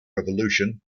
revolution